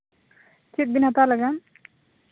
ᱪᱮᱫ ᱵᱤᱱ ᱦᱟᱛᱟᱣ ᱞᱟᱹᱜᱤᱫ